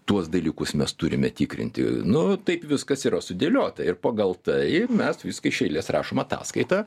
tuos dalykus mes turime tikrinti nu taip viskas yra sudėliota ir pagal tai mes viską iš eilės rašom ataskaitą